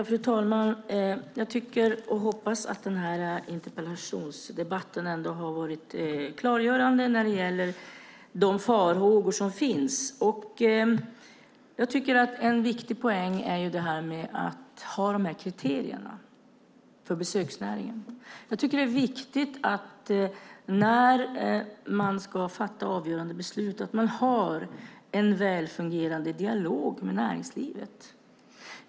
Fru talman! Jag tror och hoppas att den här interpellationsdebatten har varit klargörande när det gäller de farhågor som finns. En viktig poäng är att ha kriterier för besöksnäringen. Det är viktigt att man, när man ska fatta avgörande beslut, har en väl fungerande dialog med näringslivet.